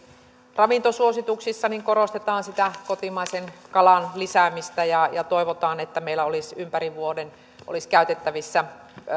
ravintosuosituksissa korostetaan sitä kotimaisen kalan lisäämistä ja ja toivotaan että meillä olisi ympäri vuoden käytettävissä